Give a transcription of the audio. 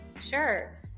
Sure